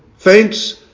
Thanks